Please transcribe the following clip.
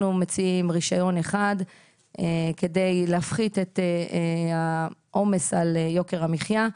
אנחנו מציעים רישיון אחד כדי להפחית את העומס על יוקר המחייה,